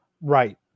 Right